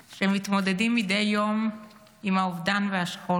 שמתמודדים מדי יום עם האובדן והשכול,